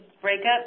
breakup